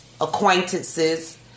acquaintances